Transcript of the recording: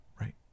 Right